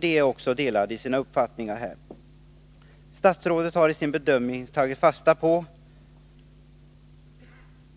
De är delade i sina uppfattningar. Statsrådet har i sin bedömning tagit fasta på